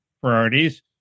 priorities